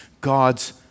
God's